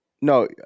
No